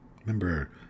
Remember